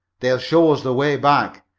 they'll show us the way back,